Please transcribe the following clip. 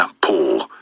Paul